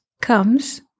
comes